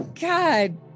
God